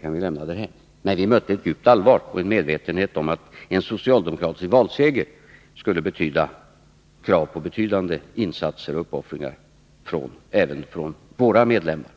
kan vi lämna därhän. Men vi mötte ett djupt allvar och en medvetenhet om att en socialdemokratisk valseger skulle innebära krav på betydande insatser och uppoffringar även från våra medlemmar.